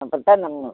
அப்படி தான் பண்ணணும்